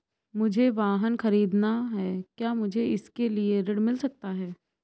मुझे वाहन ख़रीदना है क्या मुझे इसके लिए ऋण मिल सकता है?